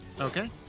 okay